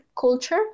culture